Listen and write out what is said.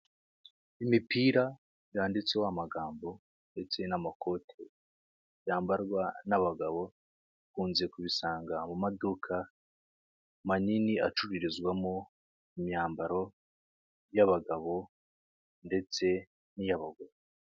Imipira yanditseho amagambo ndetse n'amakoti yambarwa n'abagabo ukunze kubisanga mu maduka manini acururizwamo imyambaro y'abagabo ndetse n'iy'abahungu.